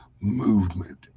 movement